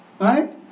right